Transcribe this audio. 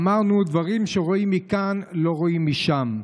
אמרנו: דברים שרואים מכאן לא רואים משם.